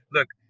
Look